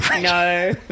No